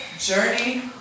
journey